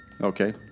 Okay